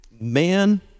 man